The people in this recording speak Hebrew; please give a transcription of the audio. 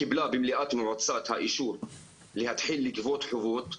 קיבלה במליאת מועצה את האישור להתחיל לגבות חובות.